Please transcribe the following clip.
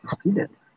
students